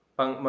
Pang